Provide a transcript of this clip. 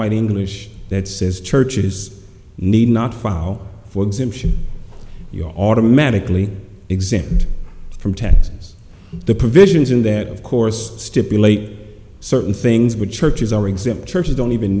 white english that says church is need not file for exemption you're automatically exempt from taxes the provisions in that of course stipulate certain things which churches are exempt churches don't even